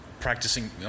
practicing